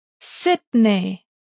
Sydney